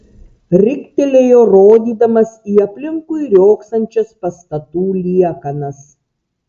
riktelėjo rodydamas į aplinkui riogsančias pastatų liekanas